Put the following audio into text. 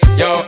yo